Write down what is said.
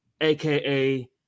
aka